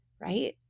right